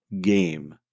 game